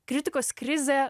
kritikos krizė